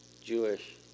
Jewish